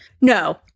No